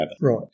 Right